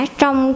trong